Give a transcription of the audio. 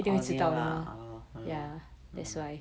orh near lah orh !hannor! mm